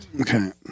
Okay